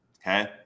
okay